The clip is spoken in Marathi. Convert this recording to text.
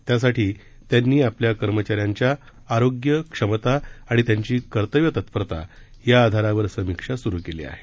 त्यासाठी त्यांनी आपल्या कर्मचाऱ्यांच्या आरोग्य क्षमता आणि त्यांची कर्तव्यतत्परता या आधारावर समीक्षा सुरू केली आहे